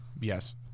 Yes